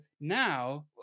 now